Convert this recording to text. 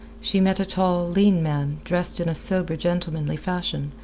she met a tall, lean man dressed in a sober, gentlemanly fashion,